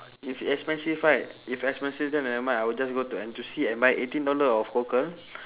if expensive right if expensive then nevermind I will just go to N_T_U_C and buy eighteen dollar of cockle